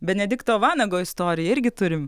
benedikto vanago istoriją irgi turim